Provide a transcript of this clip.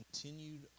continued